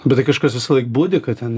bet tai kažkas visąlaik budi kad ten